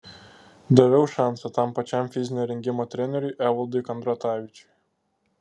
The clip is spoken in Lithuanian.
daviau šansą tam pačiam fizinio rengimo treneriui evaldui kandratavičiui